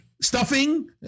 stuffing